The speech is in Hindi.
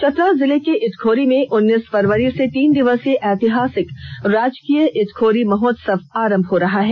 चतरा जिले के इटखोरी में उन्नीस फरवरी से तीन दिवसीय ऐतिहासिक राजकीय इटखोरी महोत्सव आरंभ हो रहा है